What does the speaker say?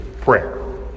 prayer